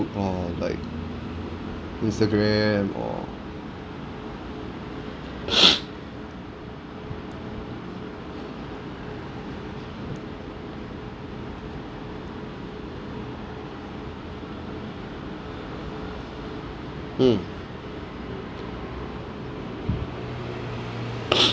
or like Instagram or mm